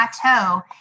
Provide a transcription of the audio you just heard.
plateau